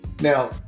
now